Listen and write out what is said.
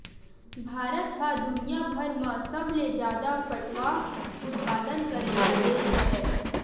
भारत ह दुनियाभर म सबले जादा पटवा उत्पादन करइया देस हरय